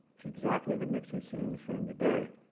it's exactly the mix we see in this room today.